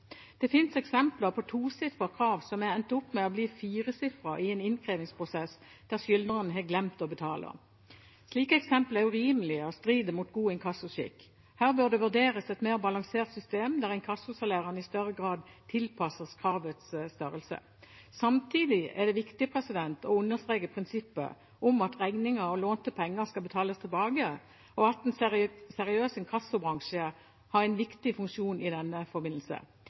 Det finnes eksempler på tosifrede krav som har endt opp med å bli firesifrede i en innkrevingsprosess der skyldneren har glemt å betale. Slike eksempel er urimelige og strider mot god inkassoskikk. Her bør det vurderes et mer balansert system, der inkassosalærene i større grad tilpasses kravets størrelse. Samtidig er det viktig å understreke prinsippet om at regninger og lånte penger skal betales tilbake, og at en seriøs inkassobransje har en viktig funksjon i denne forbindelse.